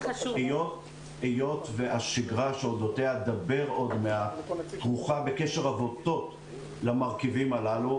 היות והשגרה שאודותיה נדבר עוד מעט כרוכה בקשר עבותות למרכיבים הללו,